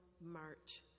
march